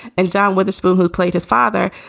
and john witherspoon, who plays his father,